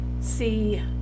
see